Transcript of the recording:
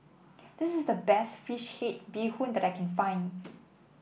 this is the best fish head Bee Hoon that I can find